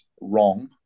wrong